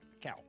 cow